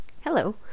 Hello